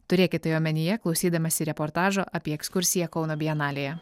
turėkit tai omenyje klausydamasi reportažo apie ekskursiją kauno bienalėje